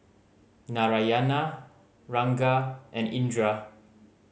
Narayana Ranga and Indira